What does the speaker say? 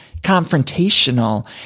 confrontational